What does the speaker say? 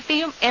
ടിയും എം